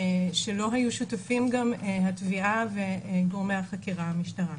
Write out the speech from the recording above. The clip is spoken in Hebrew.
שלו היו שותפים גם התביעה וגורמי החקירה במשטרה.